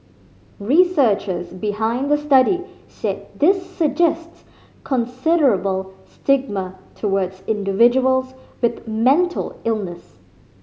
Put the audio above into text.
researchers behind the study said this suggests considerable stigma towards individuals with mental illness